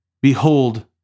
Behold